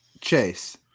Chase